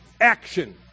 Action